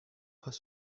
pas